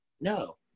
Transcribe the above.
No